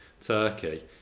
Turkey